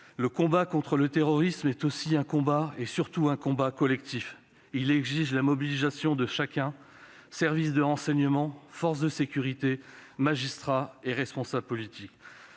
Le combat contre le terrorisme est aussi et surtout un combat collectif : il exige la mobilisation de chacun- services de renseignement, forces de sécurité, magistrats et responsables politiques.